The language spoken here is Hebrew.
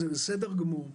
זה בסדר גמור.